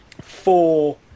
four